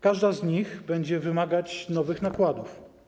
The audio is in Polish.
Każda z nich będzie wymagać nowych nakładów.